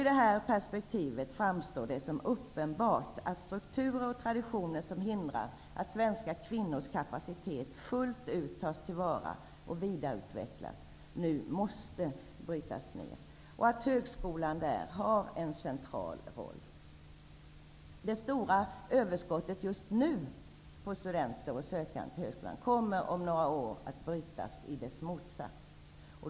I detta perspektiv framstår det som uppenbart att strukturer och traditioner som hindrar att svenska kvinnors kapacitet fullt ut tas till vara och vidareutvecklas nu måste brytas ned. Högskolan har en central roll när det gäller detta. Det stora överskottet på studenter och sökanden till högskolan som finns just nu kommer om några år att förbytas i ett underskott.